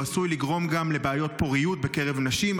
הוא עלול לגרום גם לבעיות פוריות בקרב נשים,